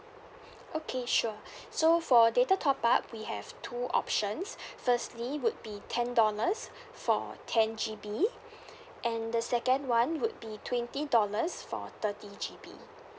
okay sure so for data top up we have two options firstly would be ten dollars for ten G_B and the second one would be twenty dollars for thirty G_B